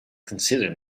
consider